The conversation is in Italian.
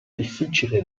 difficile